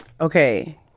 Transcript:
okay